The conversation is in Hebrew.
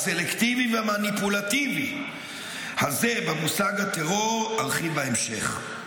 הסלקטיבי והמניפולטיבי הזה במושג הטרור ארחיב בהמשך.